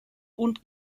und